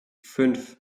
fünf